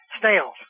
snails